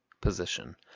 position